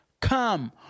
come